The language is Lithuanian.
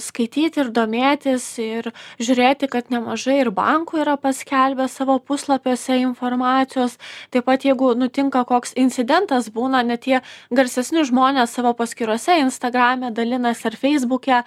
skaityt ir domėtis ir žiūrėti kad nemažai ir bankų yra paskelbę savo puslapiuose informacijos taip pat jeigu nutinka koks incidentas būna ne tie garsesni žmonės savo paskyrose instagrame dalinasi ar feisbuke